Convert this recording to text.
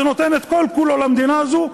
שנותן את כל כולו למדינה הזאת,